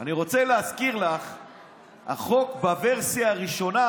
אני רוצה להזכיר שהחוק בוורסיה הראשונה,